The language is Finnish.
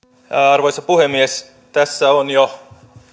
arvoisa puhemies tässä on jo